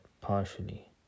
partially